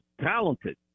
talented